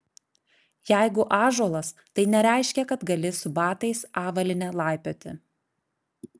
jeigu ąžuolas tai nereiškia kad gali su batais avalyne laipioti